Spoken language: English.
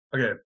Okay